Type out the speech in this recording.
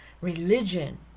religion